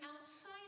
outside